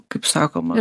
kaip sakoma